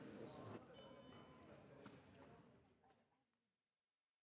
Merci